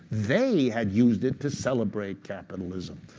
they had used it to celebrate capitalism.